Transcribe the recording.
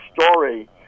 story